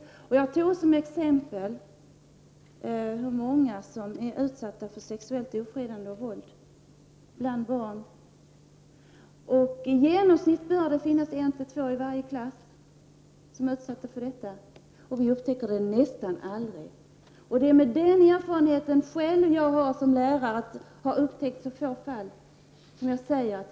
Som exempel nämnde jag det stora antal barn som utsätts för sexuellt ofredande och våld. I genomsnitt finns det ett eller två sådana barn i varje klass. Men detta upptäcks nästan aldrig av skolpersonalen. Jag är ju själv lärare, så jag talar utifrån egen erfarenhet.